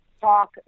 talk